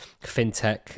fintech